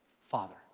father